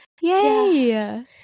yay